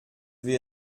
vais